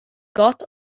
got